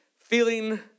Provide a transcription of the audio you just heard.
feeling